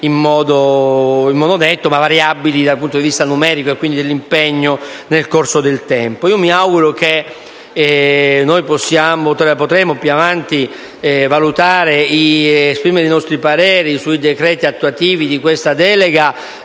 in modo netto, ma variabile dal punto di vista numerico e, quindi, dell'impegno nel corso del tempo. Mi auguro che più avanti potremo esprimere i nostri pareri sui decreti attuativi di questa delega,